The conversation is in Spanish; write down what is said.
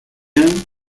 anne